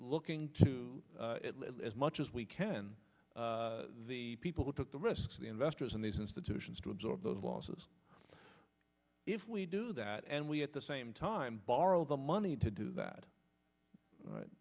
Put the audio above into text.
looking to as much as we can the people who took the risks the investors in these institutions to absorb those losses if we do that and we at the same time borrow the money to do that